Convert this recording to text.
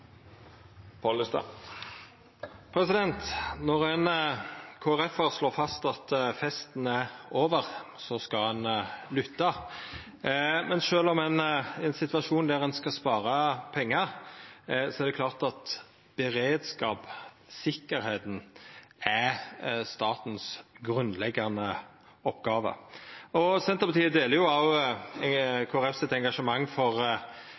verden. Når ein Kristeleg Folkeparti-ar slår fast at festen er over, skal ein lytta. Men sjølv om ein er i ein situasjon der ein skal spara pengar, er det klart at beredskap og tryggleik er statens grunnleggjande oppgåve. Senterpartiet deler òg Kristeleg Folkepartis engasjement for